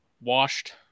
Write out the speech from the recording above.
washed